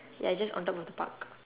ya just on top of the park